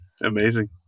Amazing